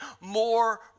more